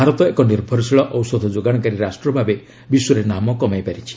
ଭାରତ ଏକ ନିର୍ଭରଶୀଳ ଔଷଧ ଯୋଗାଶକାରୀ ରାଷ୍ଟ୍ର ଭାବେ ବିଶ୍ୱରେ ନାମ କମାଇଛି